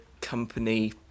company